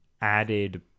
added